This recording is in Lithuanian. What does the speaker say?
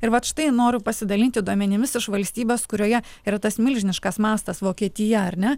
ir vat štai noriu pasidalinti duomenimis iš valstybės kurioje yra tas milžiniškas mastas vokietija ar ne